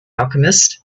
alchemist